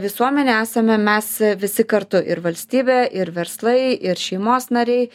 visuomenė esame mes visi kartu ir valstybė ir verslai ir šeimos nariai